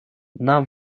нам